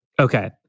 Okay